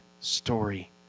story